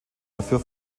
dafür